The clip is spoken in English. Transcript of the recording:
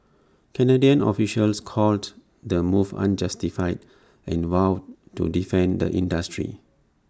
Canadian officials called the move unjustified and vowed to defend the industry